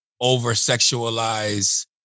over-sexualize